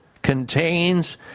contains